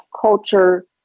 culture